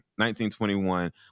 1921